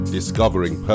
Discovering